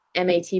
MAT